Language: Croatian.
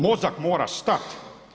Mozak mora stat.